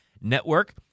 Network